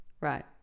Right